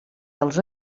dels